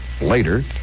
later